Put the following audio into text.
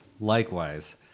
Likewise